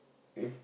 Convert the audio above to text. if